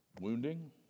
wounding